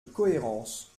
cohérence